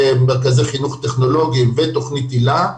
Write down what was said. ומרכזי חינוך טכנולוגיים ותכנית היל"ה,